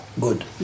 Good